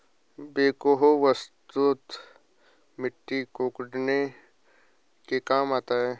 backhoe वस्तुतः मिट्टी कोड़ने के काम आता है